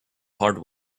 hard